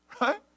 Right